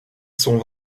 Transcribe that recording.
sont